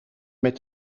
met